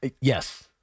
Yes